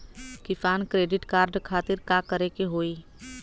किसान credit card खातिर का करे के होई?